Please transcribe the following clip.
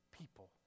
people